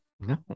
No